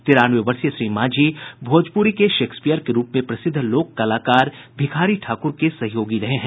तिरानवे वर्षीय श्री मांझी भोजपुरी के शेक्सपीयर के रूप में प्रसिद्ध लोक कलाकार भिखारी ठाकुर के सहयोगी रहे हैं